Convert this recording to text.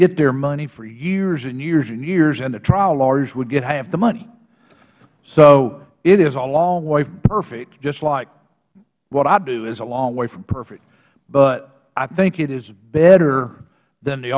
get their money for years and years and years and the trial lawyers would get half the money so it is a long way from perfect just like what i do is a long way from perfect but i think it is better than the